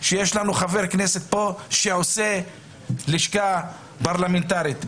שיש לנו פה חבר כנסת שעושה פרובוקציה עם לשכה פרלמנטרית שם.